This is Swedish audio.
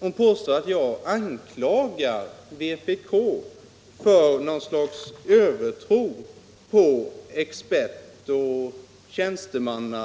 Hon påstod att jag anklagar vpk för något slags övertro på experter och tjänstemän.